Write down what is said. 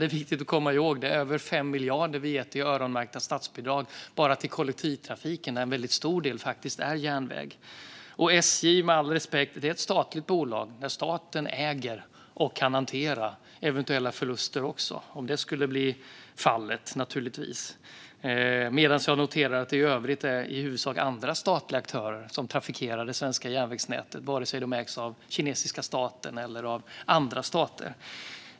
Det är viktigt att komma ihåg att vi har gett över 5 miljarder i öronmärkta statsbidrag bara till kollektivtrafiken, och en väldigt stor del är faktiskt järnväg. Och med all respekt är SJ ett statligt bolag, där staten äger och naturligtvis kan hantera eventuella förluster om så skulle bli fallet. Jag noterar att det i övrigt är i huvudsak andra statliga aktörer som trafikerar det svenska järnvägsnätet, vare sig de ägs av kinesiska staten eller av andra stater.